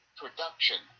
production